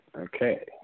okay